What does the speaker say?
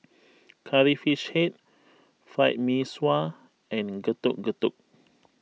Curry Fish Head Fried Mee Sua and Getuk Getuk